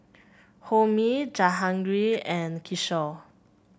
Homi Jehangirr and Kishore